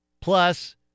Plus